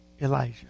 Elijah